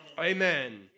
Amen